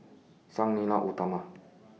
Sang Nila Utama